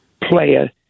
player